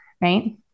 right